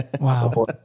Wow